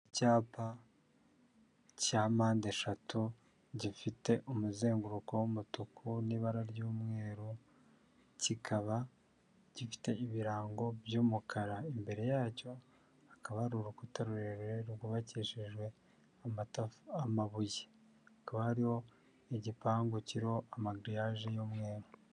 Icyapa cya mpande eshatu gifite umuzenguruko w'umutuku n'ibara ry'umweru, kikaba gifite ibirango by'umukara. Imbere yacyo hakaba hari urukuta rurerure rwubakishijwe amabuye. Halaba hariho igipangu kiriho amagiriyaje y'umweru.